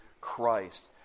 Christ